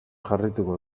jarraituko